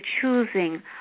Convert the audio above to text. choosing